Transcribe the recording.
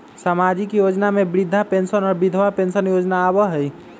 सामाजिक योजना में वृद्धा पेंसन और विधवा पेंसन योजना आबह ई?